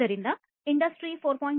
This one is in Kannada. ಆದ್ದರಿಂದ ಇಂಡಸ್ಟ್ರಿ 4